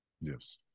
Yes